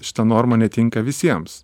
šita norma netinka visiems